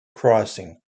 crossing